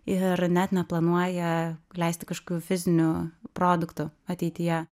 ir net neplanuoja leisti kažkokių fizinių produktų ateityje